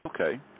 okay